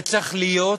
זה צריך להיות